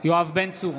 יואב בן צור,